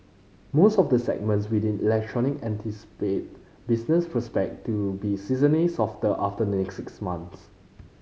most of the segments within electronic anticipate business prospect to be seasonally softer after the next six months